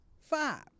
five